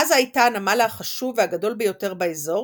עזה הייתה הנמל החשוב והגדול ביותר באזור,